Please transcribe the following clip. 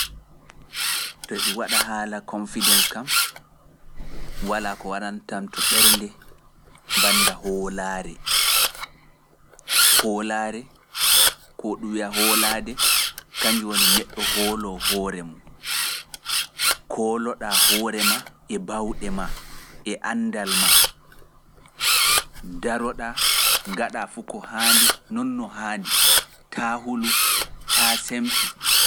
To e ɗum waɗa haala confidence kam, walaa ko waranta am to ɓernde bannd a hoolaare, hoolaare, ko ɗum wi'a hoolaade, kannjum woni neɗɗo hoolo hoore mum, koolo-ɗaa hoore maa e baawɗe maa e anndal maa, ndaro-ɗaa ngaɗaa fuu ko haandi non no haandi, taa hulu, taa semtu.